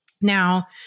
Now